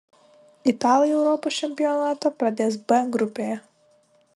italai europos čempionatą pradės b grupėje